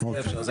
בדיוק.